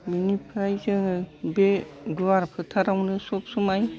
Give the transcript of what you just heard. बिनिफ्राय जोङो बे गुवार फोथारावनो सब समाय